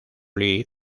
league